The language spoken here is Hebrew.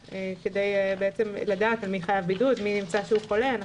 כדי לדעת מי חייב בידוד או מי נמצא שהוא חולה.